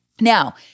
Now